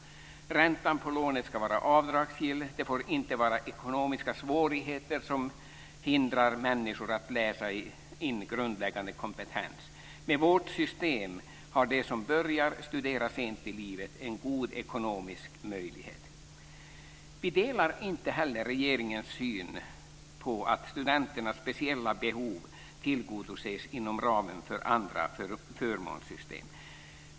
Räntan på lånet ska vara avdragsgill. Det får inte vara ekonomiska svårigheter som hindrar människor från att läsa in grundläggande kompetens. Med vårt system har de som börjar studerar sent i livet en god ekonomisk möjlighet. Vi delar inte heller regeringens syn på att studenternas speciella behov tillgodoses inom ramen för andra förmånssystem.